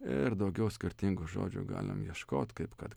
ir daugiau skirtingų žodžių galim ieškot kaip kad